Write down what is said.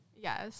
Yes